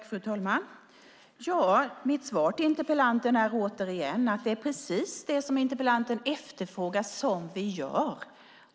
Fru talman! Mitt svar till interpellanten är åter att vi gör precis det som interpellanten efterfrågar.